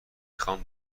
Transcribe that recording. خوام